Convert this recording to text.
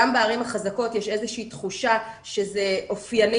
גם בערים החזקות יש איזו שהיא תחושה שזה אופייני